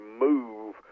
move